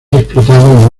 explotado